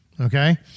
Okay